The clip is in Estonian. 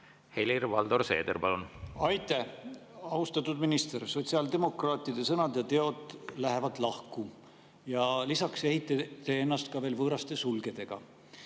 Helir-Valdor Seeder, palun! Aitäh! Austatud minister! Sotsiaaldemokraatide sõnad ja teod lähevad lahku ja lisaks ehite te ennast veel võõraste sulgedega.